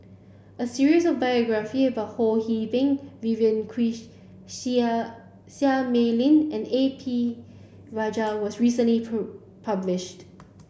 a series of biography about Ho See Beng Vivien Quahe Seah Mei Lin and A P Rajah was recently published